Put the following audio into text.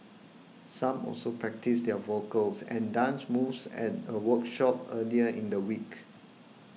some also practised their vocals and dance moves at a workshop earlier in the week